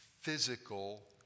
physical